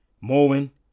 mowing